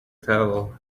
tell